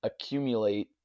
accumulate